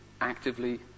actively